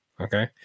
Okay